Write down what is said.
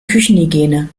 küchenhygiene